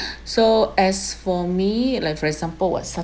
so as for me like for example when starting